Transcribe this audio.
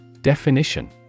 Definition